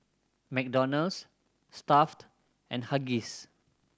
McDonald's Stuff'd and Huggies